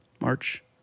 March